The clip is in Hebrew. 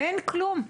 אין כלום.